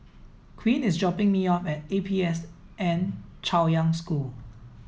Quint is dropping me off at A P S N Chaoyang School